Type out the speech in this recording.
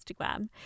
Instagram